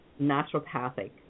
naturopathic